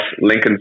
Lincoln